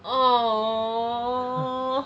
oh